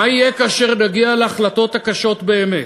מה יהיה כאשר נגיע להחלטות הקשות באמת?